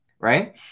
right